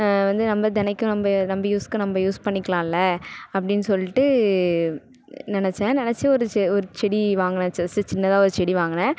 வந்து நம்ம தினைக்கும் நம்ம நம்ம யூஸுக்கு நம்ம யூஸ் பண்ணிக்கலாம்ல அப்படின்னு சொல்லிட்டு நெனைச்சேன் நெனைச்சி ஒரு ஒரு செடி வாங்குனேன் ஜஸ்ட்டு சின்னதாக ஒரு செடி வாங்குனேன்